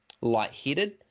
lightheaded